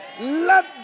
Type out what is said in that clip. let